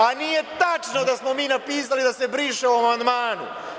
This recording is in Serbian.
A nije tačno da smo mi napisali da se briše u amandmanu.